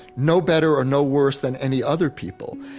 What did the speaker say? no better or no worse than any other people,